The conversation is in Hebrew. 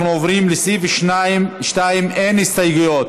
אנחנו עוברים לסעיף 2. אין הסתייגויות,